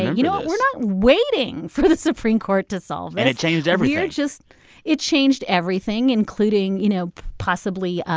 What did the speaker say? you know, we're not waiting for the supreme court to solve this and it changed everything we're just it changed everything, including, you know, possibly,